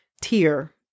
tier